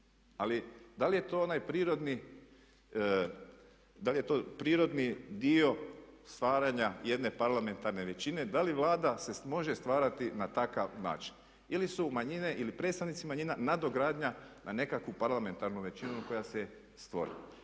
da li je to prirodni dio stvaranja jedne parlamentarne većine, da li Vlada se može stvarati na takav način ili su manjine ili predstavnici manjina nadogradnja na nekakvu parlamentarnu većinu koja se stvorila?